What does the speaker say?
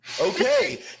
Okay